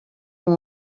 ont